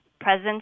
presence